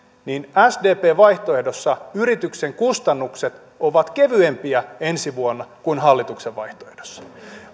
sdpn vaihtoehdossa yrityksen kustannukset ovat kevyempiä ensi vuonna kuin hallituksen vaihtoehdossa